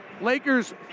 Lakers